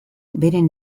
beren